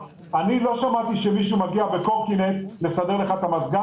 לא שמעתי שמישהו מגיע בקורקינט לסדר לך את המזגן